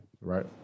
Right